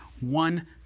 one